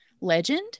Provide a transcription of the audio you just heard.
legend